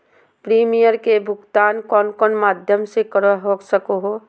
Premium के भुक्तान कौन कौन माध्यम से कर सको है?